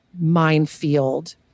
minefield